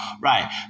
right